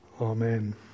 Amen